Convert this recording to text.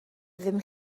ddim